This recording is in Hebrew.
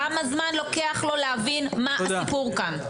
כמה זמן לוקח לו להבין מה הסיפור כאן?